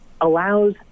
allows